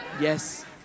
Yes